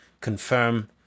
confirm